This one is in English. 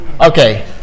Okay